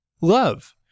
love